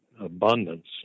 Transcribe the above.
abundance